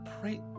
Pray